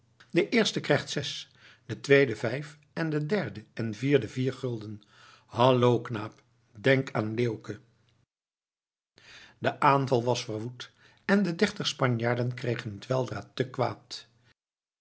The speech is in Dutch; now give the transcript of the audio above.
de eerste krijgt zes de tweede vijf en de derde en vierde vier gulden hallo knaap denk aan leeuwke de aanval was verwoed en de dertig spanjaarden kregen het weldra te kwaad